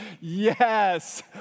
Yes